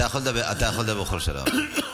יכול לדבר בכל שלב.